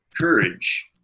courage